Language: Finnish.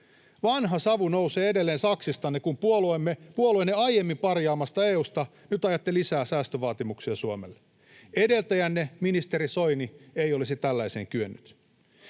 Vanha savu nousee edelleen saksistanne, kun puolueenne aiemmin parjaamasta EU:sta nyt ajatte lisää säästövaatimuksia Suomelle. Edeltäjänne, ministeri Soini, ei olisi tällaiseen kyennyt.